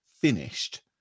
finished